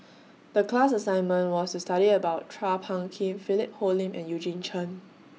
The class assignment was to study about Chua Phung Kim Philip Hoalim and Eugene Chen